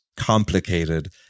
complicated